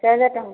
ପାଞ୍ଚ ହଜାର ଟଙ୍କା